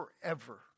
forever